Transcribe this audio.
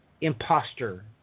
imposter